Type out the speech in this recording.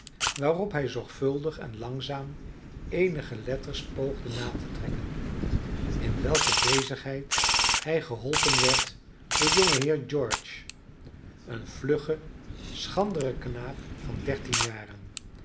waarop hij zorgvuldig en langzaam eenige letters poogde na te trekken in welke bezigheid hij geholpen werd door jongeheer george een vluggen schranderen knaap van